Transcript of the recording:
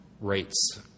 rates